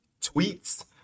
tweets